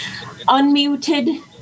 unmuted